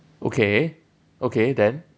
okay okay then